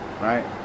right